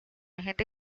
gente